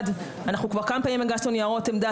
כבר כמה פעמים הגשנו ניירות עמדה,